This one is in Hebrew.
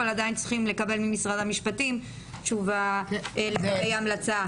אבל עדיין צריכים לקבל ממשרד המשפטים תשובה לגבי ההמלצה.